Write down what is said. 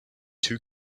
too